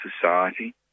society